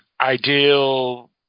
ideal